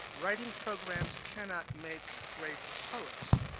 writing programs cannot make great poets,